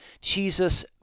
Jesus